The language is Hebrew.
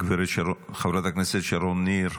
חברת הכנסת שרון ניר,